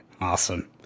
Awesome